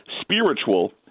spiritual